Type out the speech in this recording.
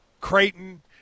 Creighton